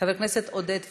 חבר הכנסת עודד פורר,